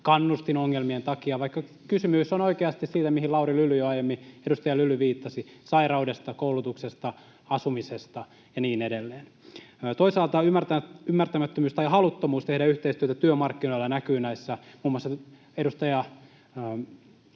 kannustinongelmien takia, vaikka kysymys on oikeasti siitä, mihin edustaja Lauri Lyly jo aiemmin viittasi, sairaudesta, koulutuksesta, asumisesta ja niin edelleen. Toisaalta ymmärtämättömyys tai haluttomuus tehdä yhteistyötä työmarkkinoilla näkyy, oli muun muassa edustajan